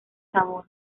sabor